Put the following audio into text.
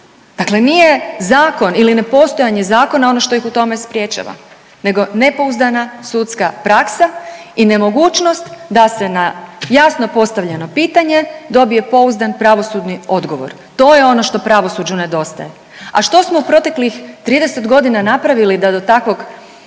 Dakle nije zakon ili nepostojanje zakona ono što ih u tome sprječava nego nepouzdana sudska praksa i nemogućnost da se na jasno postavljeno pitanje dobije pouzdan pravosudni odgovor, to je ono što pravosuđu nedostaje. A što smo u proteklih 30.g. napravili da do takvog